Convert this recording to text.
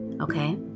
Okay